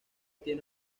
tiene